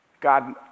God